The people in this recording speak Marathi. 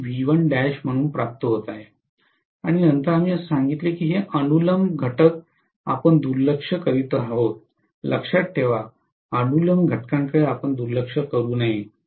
हे V1 dash म्हणून प्राप्त होत आहे आणि नंतर आम्ही असे सांगितले की हे अनुलंब घटक आपण दुर्लक्ष करीत आहोत लक्षात ठेवा की अनुलंब घटकांकडे आपण दुर्लक्ष करू नये